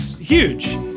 Huge